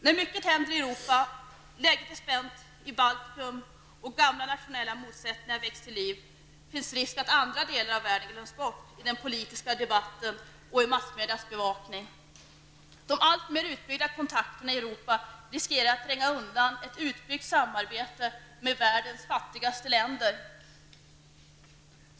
När mycket händer i Europa, läget är spänt i Baltikum och gamla nationella motsättningar väcks till liv, finns risk att andra delar av världen glöms bort i den politiska debatten och i massmedias bevakning. De alltmer utbyggda kontakterna i Europa riskerar att tränga undan ett utbyggt samarbete med världens fattigaste länder.